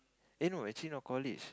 eh no actually not college